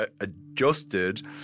adjusted